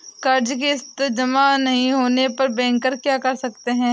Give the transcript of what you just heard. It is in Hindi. कर्ज कि किश्त जमा नहीं होने पर बैंकर क्या कर सकते हैं?